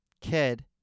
kid